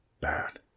bad